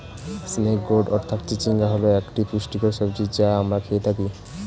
snake gourd অর্থাৎ চিচিঙ্গা হল একটি পুষ্টিকর সবজি যা আমরা খেয়ে থাকি